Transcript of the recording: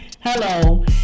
hello